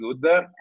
good